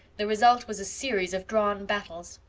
the result was a series of drawn battles.